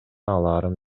алаарын